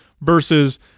Versus